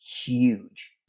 huge